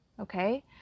Okay